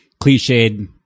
cliched